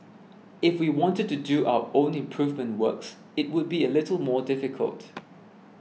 if we wanted to do our own improvement works it would be a little more difficult